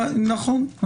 נכון.